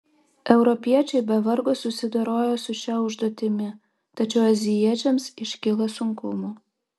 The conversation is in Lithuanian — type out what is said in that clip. europiečiai be vargo susidorojo su šia užduotimi tačiau azijiečiams iškilo sunkumų